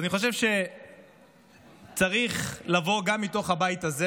אני חושב שצריכה לבוא גם מתוך הבית הזה